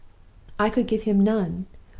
i could give him none,